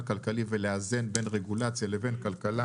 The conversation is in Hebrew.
כלכלי ולאזן בין רגולציה לבין כלכלה.